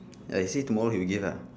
I say tomorrow he will get lah